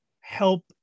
help